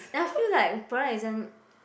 and I feel like product design